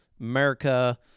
America